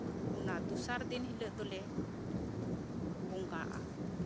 ᱚᱱᱟ ᱫᱚᱥᱟᱨ ᱫᱤᱱ ᱦᱤᱞᱳᱜ ᱫᱚᱞᱮ ᱵᱚᱸᱜᱟᱜᱼᱟ